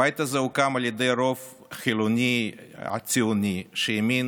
הבית הזה הוקם על ידי הרוב החילוני הציוני שהאמין